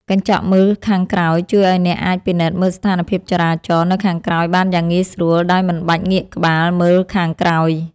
កញ្ចក់មើលខាងក្រោយជួយឱ្យអ្នកអាចពិនិត្យមើលស្ថានភាពចរាចរណ៍នៅខាងក្រោយបានយ៉ាងងាយស្រួលដោយមិនបាច់ងាកក្បាលមើលខាងក្រោយ។